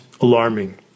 alarming